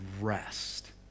rest